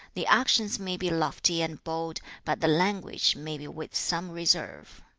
the actions may be lofty and bold, but the language may be with some reserve